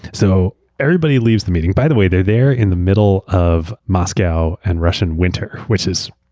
so everybody leaves the meeting. by the way, they're they're in the middle of moscow and russian winter, which is